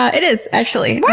it is actually. what!